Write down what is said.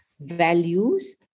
values